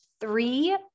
three